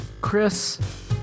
Chris